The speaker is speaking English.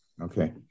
okay